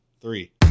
three